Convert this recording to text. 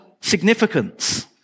significance